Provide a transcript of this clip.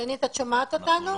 את שומעת אותנו?